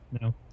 No